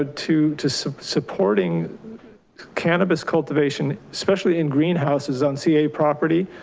ah to to supporting cannabis cultivation especially in greenhouses on ca property,